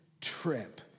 trip